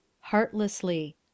Heartlessly